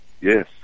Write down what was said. Yes